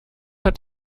hat